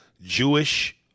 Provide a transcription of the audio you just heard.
Jewish